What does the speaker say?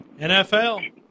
NFL